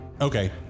Okay